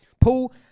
Paul